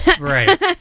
right